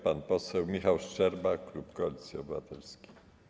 Pan poseł Michał Szczerba, klub Koalicji Obywatelskiej.